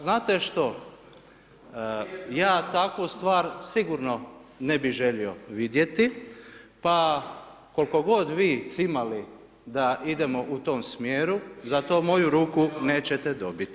Znate što, ja takvu stvar sigurno ne bi želio vidjeti, pa koliko god vi cimali da idemo u tom smjeru za to moju ruku nećete dobiti.